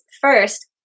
First